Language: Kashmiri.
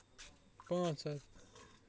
پانٛژھ ہَتھ